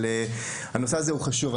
הנושא הזה הוא חשוב.